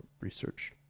research